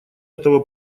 этого